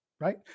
right